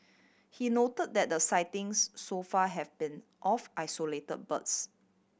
he noted that the sightings so far have been of isolated birds